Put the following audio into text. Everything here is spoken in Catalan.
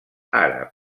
àrab